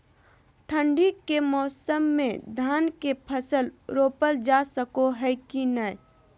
ठंडी के मौसम में धान के फसल रोपल जा सको है कि नय?